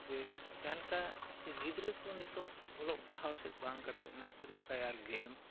ᱜᱮ ᱡᱟᱦᱟᱞᱮᱠᱟ ᱜᱤᱫᱽᱨᱟᱹ ᱠᱚ ᱱᱤᱛᱳᱜ ᱚᱞᱚᱜ ᱯᱟᱲᱦᱟᱣ ᱥᱮᱫ ᱵᱟᱝ ᱠᱟᱛᱮᱫ ᱚᱱᱟ ᱯᱷᱤᱨᱤ ᱯᱷᱟᱭᱟᱨ ᱜᱮᱢ